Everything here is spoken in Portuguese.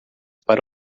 para